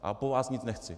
A po vás nic nechci.